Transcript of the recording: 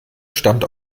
stammt